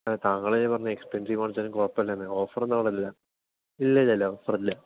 താങ്കൾ അല്ലേ പറഞ്ഞത് എക്സ്പെൻസീവ് ആണെങ്കിലും കുഴപ്പമില്ലെന്ന് ഓഫർ ഒന്നൂല്ല ഇല്ല ഇല്ലില്ലില്ല ഓഫർ ഇല്ല